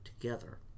together